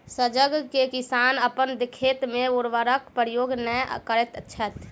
सजग किसान अपन खेत मे उर्वरकक प्रयोग नै करैत छथि